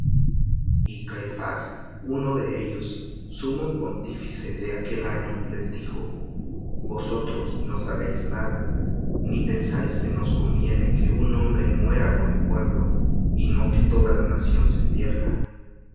y caifás uno de ellos sumo pontífice de aquel año les dijo vosotros no sabéis nada ni pensáis que nos conviene que un hombre muera por el pueblo y no que toda la nación se pierda